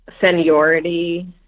seniority